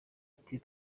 ati